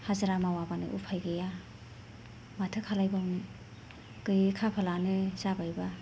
हाजिरा मावाबानो उफाय गैया माथो खालायबावनो गैयै खाफालानो जाबाय बा